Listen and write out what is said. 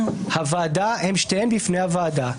הן שתיהן בפני הוועדה,